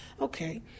okay